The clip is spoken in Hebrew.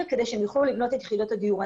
כדי שהם יוכלו לבנות את יחידות הדיור.